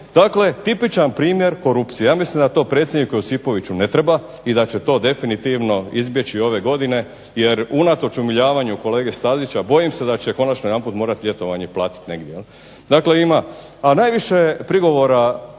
Dakle, tipičan primjer korupcije. Ja mislim da to predsjedniku Josipoviću ne treba i da će to definitivno izbjeći ove godine jer unatoč umiljavanju kolege Stazića bojim se da će konačno ljetovanje morati platiti negdje. A najviše